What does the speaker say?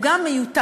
הוא גם מיותר.